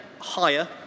higher